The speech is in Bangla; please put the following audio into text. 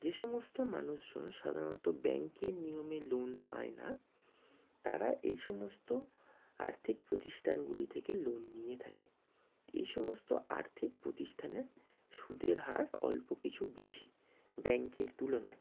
যে সমস্ত মানুষজন সাধারণত ব্যাঙ্কের নিয়মে লোন পায় না তারা এই সমস্ত আর্থিক প্রতিষ্ঠানগুলি থেকে লোন নিয়ে থাকে এই সমস্ত আর্থিক প্রতিষ্ঠানে সুদের হার অল্প কিছু বেশি ব্যাঙ্কের তুলনায়